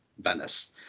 Venice